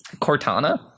cortana